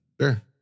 sure